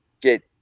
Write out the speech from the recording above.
get